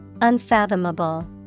unfathomable